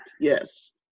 Yes